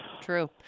true